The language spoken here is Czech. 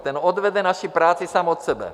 Ten odvede naši práci sám od sebe.